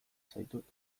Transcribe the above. zaitut